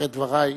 אחרי דברי,